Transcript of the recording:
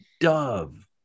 dove